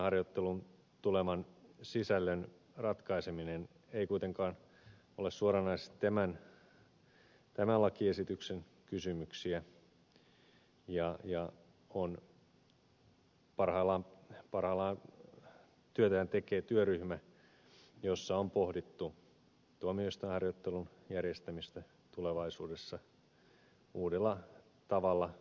tuomioistuinharjoitteluun tulevan sisällön ratkaiseminen ei kuitenkaan ole suoranaisesti tämän lakiesityksen kysymyksiä ja parhaillaan työtään tekee työryhmä jossa on pohdittu tuomioistuinharjoittelun järjestämistä tulevaisuudessa uudella tavalla